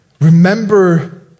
Remember